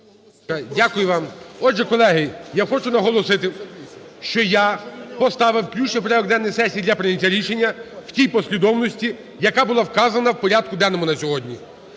Дякую вам. Отже, колеги, я хочу наголосити, що я поставив включення у порядок денний сесії для прийняття рішення в тій послідовності, яка була вказана у порядку денному на сьогодні.